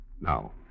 Now